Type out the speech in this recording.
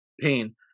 pain